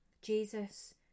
Jesus